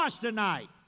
tonight